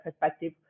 perspective